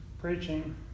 preaching